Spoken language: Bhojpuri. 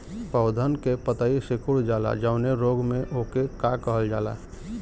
पौधन के पतयी सीकुड़ जाला जवने रोग में वोके का कहल जाला?